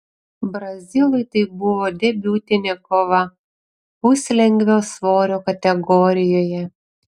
brazilui tai buvo debiutinė kova puslengvio svorio kategorijoje